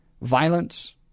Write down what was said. Violence